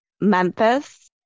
Memphis